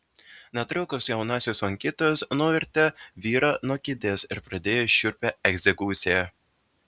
netrukus jaunasis lankytojas nuvertė vyrą nuo kėdės ir pradėjo šiurpią egzekuciją